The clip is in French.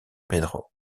pedro